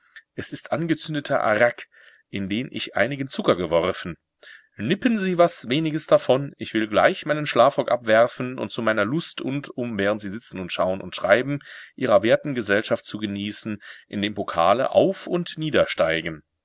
es ist angezündeter arrak in den ich einigen zucker geworfen nippen sie was weniges davon ich will gleich meinen schlafrock abwerfen und zu meiner lust und um während sie sitzen und schauen und schreiben ihrer werten gesellschaft zu genießen in dem pokale auf und niedersteigen